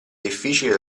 difficile